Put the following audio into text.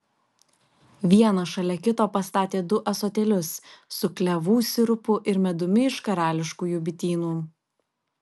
vieną šalia kito pastatė du ąsotėlius su klevų sirupu ir medumi iš karališkųjų bitynų